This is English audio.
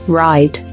right